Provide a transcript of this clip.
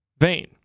vain